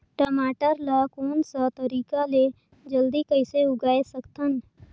टमाटर ला कोन सा तरीका ले जल्दी कइसे उगाय सकथन?